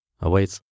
awaits